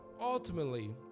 ultimately